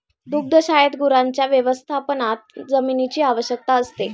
दुग्धशाळेत गुरांच्या व्यवस्थापनात जमिनीची आवश्यकता असते